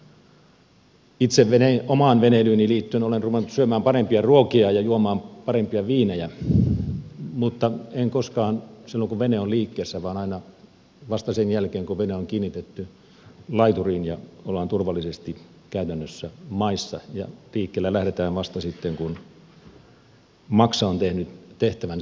no samaan aikaan itse omaan veneilyyni liittyen olen ruvennut syömään parempia ruokia ja juomaan parempia viinejä mutta en koskaan silloin kun vene on liikkeessä vaan aina vasta sen jälkeen kun vene on kiinnitetty laituriin ja ollaan turvallisesti käytännössä maissa ja liikkeelle lähdetään vasta sitten kun maksa on tehnyt tehtävänsä